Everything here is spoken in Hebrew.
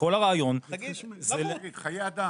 תגיד חיי אדם.